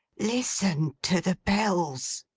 listen to the bells